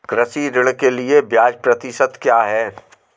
कृषि ऋण के लिए ब्याज प्रतिशत क्या है?